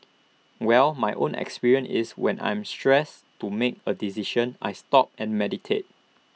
well my own experience is when I'm stressed to make A decision I stop and meditate